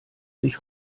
sich